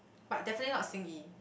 but definitely not Xin-Yi